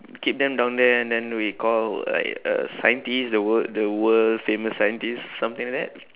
keep them down there and then we call like a scientist the wor~ the world famous scientist something like that